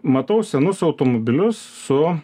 matau senus automobilius su